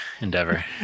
endeavor